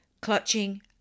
clutching